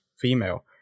female